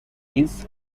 his